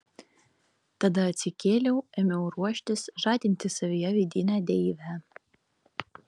tada atsikėliau ėmiau ruoštis žadinti savyje vidinę deivę